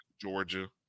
Georgia